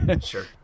Sure